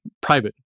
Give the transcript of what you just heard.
private